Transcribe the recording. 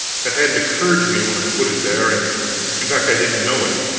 that hadn't occurred to me when i put it there and in fact i didn't know it.